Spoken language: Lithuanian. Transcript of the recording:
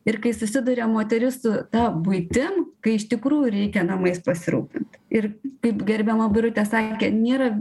ir kai susiduria moteris su ta buitim kai iš tikrųjų reikia namais pasirūpint ir kaip gerbiama birutė sakė nėra